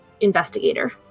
investigator